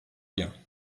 bien